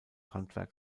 handwerk